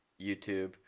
YouTube